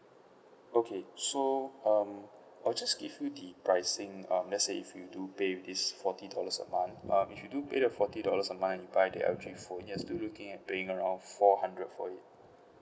okay so um I'll just give you the pricing um let's say if you do pay with this forty dollars a month um if you do pay the forty dollars a month you buy the L_G phone you're still looking at paying around four hundred for a year